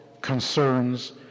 concerns